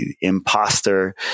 imposter